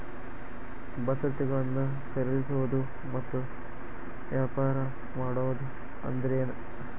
ಭದ್ರತೆಗಳನ್ನ ಖರೇದಿಸೋದು ಮತ್ತ ವ್ಯಾಪಾರ ಮಾಡೋದ್ ಅಂದ್ರೆನ